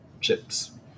chips